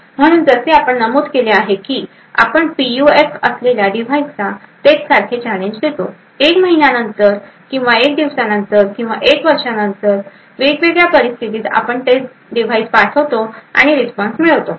म्हणून जसे आपण नमूद केले आहे की आपण पीयूएफ असलेल्या डिव्हाइसला तेच सारखे चॅलेंज देतो एक दिवसानंतर किंवा महिन्यानंतर किंवा वर्षानंतर वेगवेगळ्या परिस्थितीत आपण तेच डिव्हाइस पाठवतो आणि रिस्पॉन्स मिळवतो